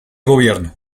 gobierno